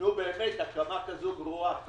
נו באמת, הקמה כזו גרועה.